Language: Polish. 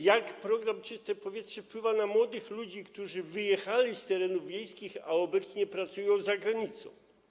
Jak program „Czyste powietrze” wpływa na młodych ludzi, którzy wyjechali z terenów wiejskich, a obecnie pracują za granicą?